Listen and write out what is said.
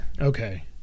Okay